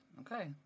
okay